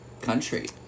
country